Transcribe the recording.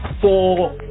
four